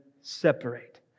separate